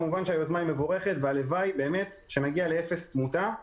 היוזמה מבורכת והלוואי שנגיע לאפס תמותה.